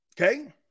Okay